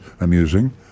amusing